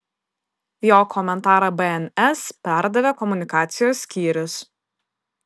jo komentarą bns perdavė komunikacijos skyrius